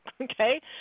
Okay